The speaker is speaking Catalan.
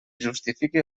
justifiqui